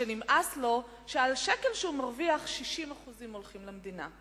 שנמאס לו שעל שקל שהוא מרוויח 60% הולכים למדינה,